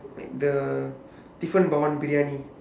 make the different briyani